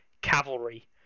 cavalry